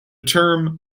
term